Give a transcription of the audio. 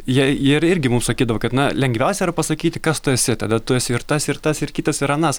jei jie irgi mums sakydavo kad na lengviausia yra pasakyti kas tu esi tada tu esi ir tas ir tas ir kitas ir anas